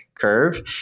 curve